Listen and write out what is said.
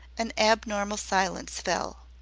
an abnormal silence fell.